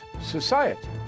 society